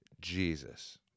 Jesus